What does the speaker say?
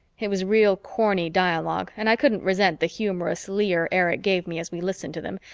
it was real corny dialogue and i couldn't resent the humorous leer erich gave me as we listened to them,